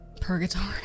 Purgatory